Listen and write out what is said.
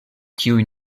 kiuj